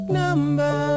number